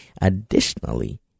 Additionally